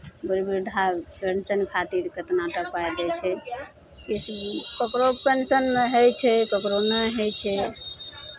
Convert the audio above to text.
बूढ़ वृद्धा पेंशन खातिर कितना तऽ पाइ दै छै किछु ककरो पेंशनमे होइ छै ककरो नहि होइ छै